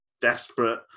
desperate